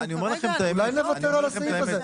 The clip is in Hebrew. אולי נוותר על הסעיף הזה?